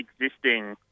existing